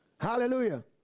hallelujah